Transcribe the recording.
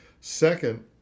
second